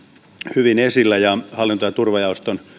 hyvin esillä ja hallinto ja turvajaoston